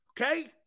Okay